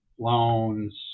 loans